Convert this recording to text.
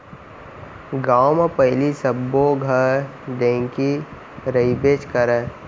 गॉंव म पहिली सब्बो घर ढेंकी रहिबेच करय